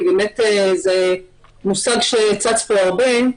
כי באמת זה מושג שצץ פה הרבה.